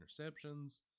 interceptions